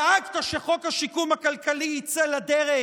דאגת שחוק השיקום הכלכלי יצא לדרך?